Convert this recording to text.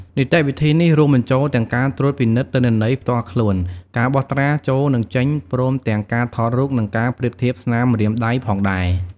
នីតិវិធីនេះរួមបញ្ចូលទាំងការត្រួតពិនិត្យទិន្នន័យផ្ទាល់ខ្លួន ការបោះត្រាចូលនិងចេញព្រមទាំងការថតរូបនិងការប្រៀបធៀបស្នាមម្រាមដៃផងដែរ។